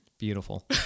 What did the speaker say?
Beautiful